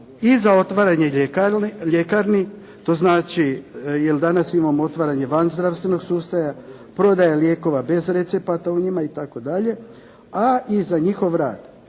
i za otvaranje ljekarni, to znači, jel' danas imamo otvaranje van zdravstvenog sustava, prodaje lijekova bez recepata u njima itd., a i za njihov rad.